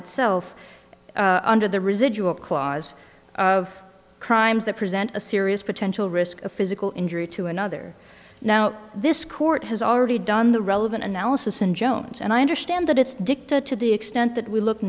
itself under the residual clause of crimes that present a serious potential risk of physical injury to another now this court has already done the relevant analysis and jones and i understand that it's dicta to the extent that we look